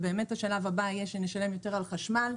השלב הבא יהיה שנשלם יותר על חשמל.